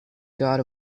god